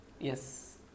Yes